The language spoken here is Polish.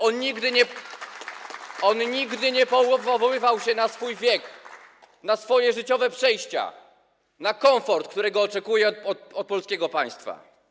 On nigdy nie powoływał się na swój wiek, na swoje życiowe przejścia, na komfort, którego oczekuje od polskiego państwa.